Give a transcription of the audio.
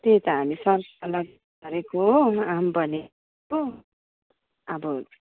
त्यही त हामी सरसल्लाह गरेको हो म आऊँ भनेको अब